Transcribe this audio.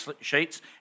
sheets